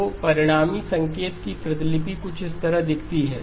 तो परिणामी संकेत की प्रतिलिपि कुछ इस तरह दिखती है